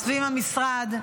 סביב המשרד,